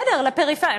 בסדר, לפריפריה.